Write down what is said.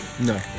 No